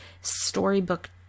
storybook